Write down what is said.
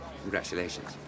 Congratulations